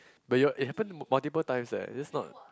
but your it happen multiple times eh it's just not